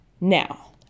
Now